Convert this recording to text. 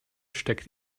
steckt